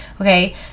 okay